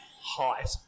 height